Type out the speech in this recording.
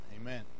Amen